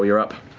ah you're up.